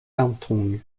armstrong